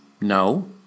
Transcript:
No